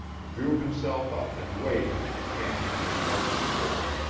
drew himself up and waited, hands on his cartridge belt.